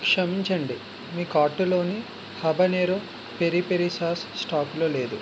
క్షమించండి మీ కార్టులోని హాబనేరో పెరి పెరి సాస్ స్టాకులో లేదు